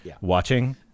watching